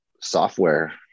software